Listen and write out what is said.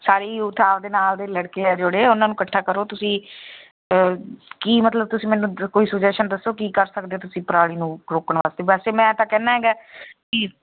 ਸਾਰੀ youth ਆਪਣੇ ਨਾਲ ਦੇ ਲੜਕੇ ਹੈ ਜਿਹੜੇ ਉਨ੍ਹਾਂ ਨੂੰ ਇਕੱਠਾ ਕਰੋ ਤੁਸੀਂ ਕੀ ਮਤਲਬ ਤੁਸੀਂ ਮੈਨੂੰ ਕੋਈ ਸੁਜੇਸ਼ਨ ਦੱਸੋ ਕੀ ਕਰ ਸਕਦੇ ਹੈ ਤੁਸੀਂ ਪਰਾਲੀ ਨੂੰ ਰੋਕਣ ਵਾਸਤੇ ਵੈਸੇ ਮੈਂ ਤਾਂ ਕਹਿੰਦਾ ਹੈਗਾ ਕਿ